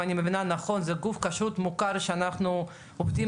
אם אני מבינה נכון זה גוף כשרות מוכר שאנחנו עובדים